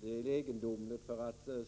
Det är egendomligt.